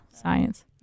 science